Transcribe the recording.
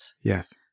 Yes